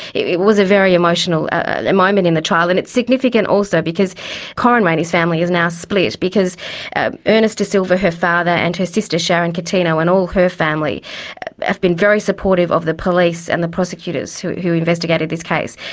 it was a very emotional moment in the trial, and it's significant also because corryn rayney's family is now split, because ah ernest da silva, her father, and her sister sharon coutinho and all her family have been very supportive of the police and the prosecutors who who investigated this case,